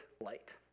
light